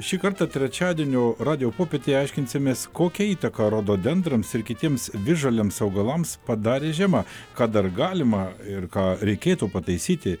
šį kartą trečiadienio radijo popietėje aiškinsimės kokią įtaką rododendrams ir kitiems visžaliams augalams padarė žiema ką dar galima ir ką reikėtų pataisyti